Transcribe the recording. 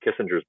Kissinger's